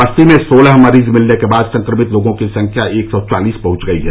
बस्ती में सोलह मरीज मिलने के बाद संक्रमित लोगों की संख्या एक सौ चालीस पहुंच गई है